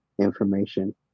information